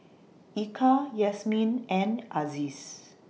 Eka Yasmin and Aziz